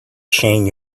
shane